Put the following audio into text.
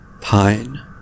pine